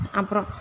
apro